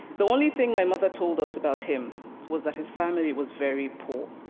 the only thing my mother told us about him was that his family was very poor.